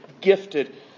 gifted